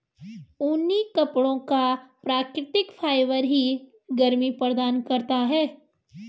ऊनी कपड़ों का प्राकृतिक फाइबर ही गर्मी प्रदान करता है